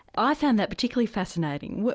i found that particularly fascinating.